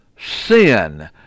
sin